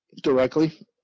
directly